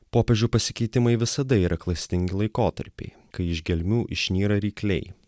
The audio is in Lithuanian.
popiežių pasikeitimai visada yra klastingi laikotarpiai kai iš gelmių išnyra rykliai